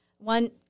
One